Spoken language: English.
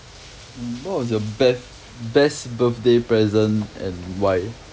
mm what was your best best birthday present and why